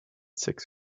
six